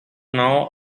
now